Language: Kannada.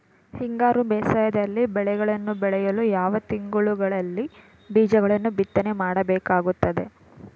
ಹಿಂಗಾರು ಬೇಸಾಯದಲ್ಲಿ ಬೆಳೆಗಳನ್ನು ಬೆಳೆಯಲು ಯಾವ ತಿಂಗಳುಗಳಲ್ಲಿ ಬೀಜಗಳನ್ನು ಬಿತ್ತನೆ ಮಾಡಬೇಕಾಗುತ್ತದೆ?